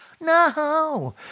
No